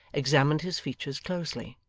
examined his features closely.